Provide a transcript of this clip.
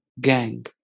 gang